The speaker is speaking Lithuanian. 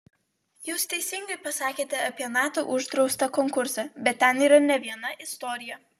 jūs teisingai pasakėte apie nato uždraustą konkursą bet ten yra ne viena istorija